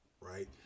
right